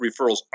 referrals